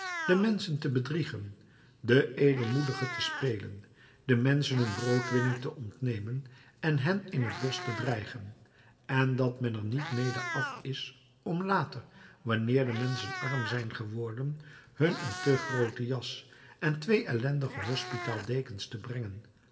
de menschen te bedriegen den edelmoedige te spelen den menschen hun broodwinning te ontnemen en hen in het bosch te dreigen en dat men er niet mede af is om later wanneer de menschen arm zijn geworden hun een te groote jas en twee ellendige hospitaaldekens te brengen